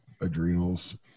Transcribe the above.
adrenals